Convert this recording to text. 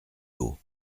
haut